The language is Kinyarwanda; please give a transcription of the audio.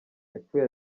yapfuye